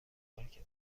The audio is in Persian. مرکز